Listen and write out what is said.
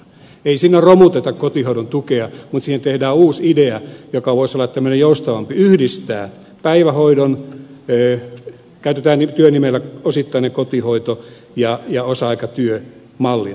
ei siinä romuteta kotihoidon tukea mutta siihen tehdään uusi idea joka voisi olla joustavampi ja yhdistää päivähoidon käytetään nyt työnimeä osittainen kotihoito ja osa aikatyön mallina